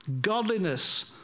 Godliness